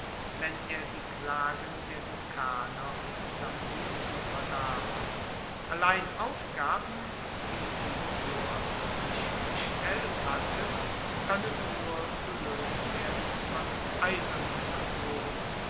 wenn er die klagen der lucaner und samniten vernahm allein aufgaben wie sie pyrrhos sich gestellt hatte koennen nur geloest werden von eisernen naturen